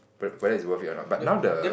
whether it's worth it a not but now the